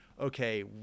okay